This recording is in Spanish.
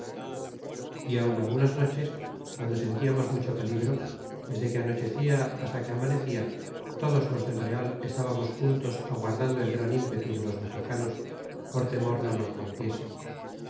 y aun algunas noches guando sentiamos mucho peligro desde que anochecia hasta que amanecia todos los del real estábamos juntos aguardando el gran ímpetu de los mexicanos por temor no nos rompiesen